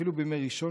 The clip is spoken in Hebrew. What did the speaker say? אפילו בימי ראשון,